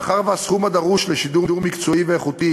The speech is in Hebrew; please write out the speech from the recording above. מאחר שהסכום הדרוש לשידור מקצועי ואיכותי